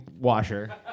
washer